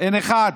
אין אחד.